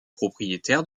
propriétaire